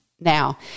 Now